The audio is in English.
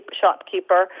shopkeeper